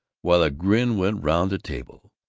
while a grin went round the table.